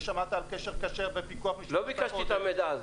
ושמעת על "קשר כשר" ופיקוח --- לא ביקשתי את המידע הזה.